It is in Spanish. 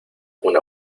una